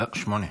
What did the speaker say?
רק שמונה.